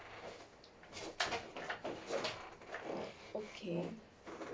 okay